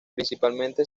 principalmente